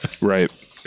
Right